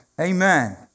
Amen